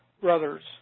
brothers